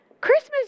Christmas